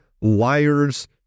liars